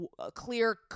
clear